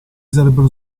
sarebbero